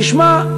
תשמע,